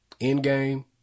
Endgame